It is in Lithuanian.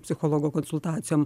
psichologo konsultacijom